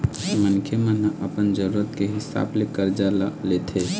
मनखे मन ह अपन जरुरत के हिसाब ले करजा ल लेथे